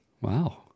Wow